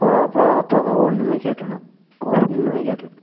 போக போக போக ஒன்றுமே கேட்கலண்ண ஒன்றுமே கேட்கல